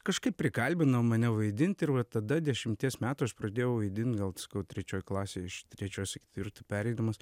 kažkaip prikalbino mane vaidint ir va tada dešimties metų aš pradėjau vaidint gal sakau trečioj klasėj iš trečios į ketvirtą pereidamas